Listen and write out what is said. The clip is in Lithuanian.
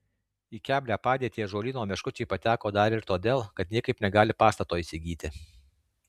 į keblią padėtį ąžuolyno meškučiai pateko dar ir todėl kad niekaip negali pastato įsigyti